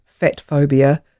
fatphobia